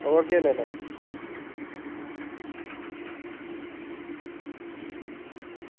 होर केह् लैना